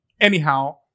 Anyhow